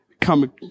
come